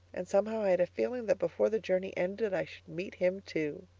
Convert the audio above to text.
and somehow i had a feeling that before the journey ended i should meet him, too.